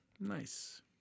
Nice